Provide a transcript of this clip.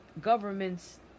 governments